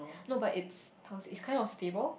no but it's how to say it's kind of stable